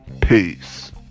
Peace